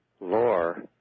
lore